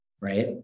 right